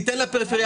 תיתן לפריפריה,